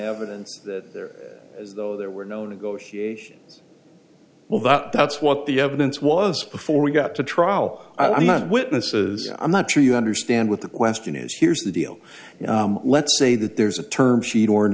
evidence that they're as though there were no negotiations well that's what the evidence was before we got to trial witnesses i'm not sure you understand what the question is here's the deal let's say that there's a term sheet or